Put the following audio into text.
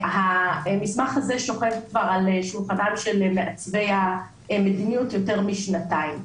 והמסמך הזה שוכב כבר על שולחנם של מעצבי המדיניות יותר משנתיים.